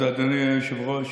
אז אדוני היושב-ראש,